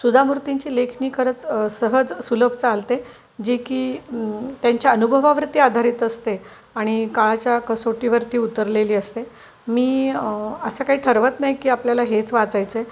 सुधा मूर्तींची लेखणी खरंच सहज सुलभ चालते जी की त्यांच्या अनुभवावरती आधारित असते आणि काळाच्या कसोटीवरती उतरलेली असते मी असं काही ठरवत नाही की आपल्याला हेच वाचायचं आहे